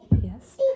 Yes